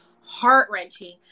heart-wrenching